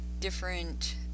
different